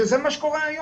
שזה מה שקורה היום.